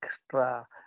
extra